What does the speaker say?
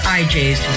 ijs